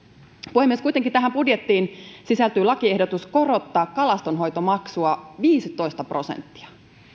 puhemies kuitenkin tähän budjettiin sisältyy lakiehdotus korottaa kalastonhoitomaksua viisitoista prosenttia